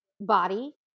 body